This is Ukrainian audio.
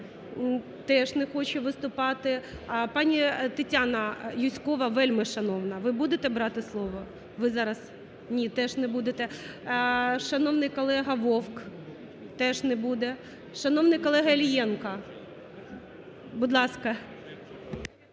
Теж не хоче виступати. Пані Тетяна Юзькова, вельмишановна, ви будете брати слово? Ви зараз... Ні, теж не будете. Шановний колего Вовк. Теж не буде. Шановний колего Іллєнко. Будь ласка.